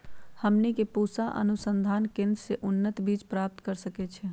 हमनी के पूसा अनुसंधान केंद्र से उन्नत बीज प्राप्त कर सकैछे?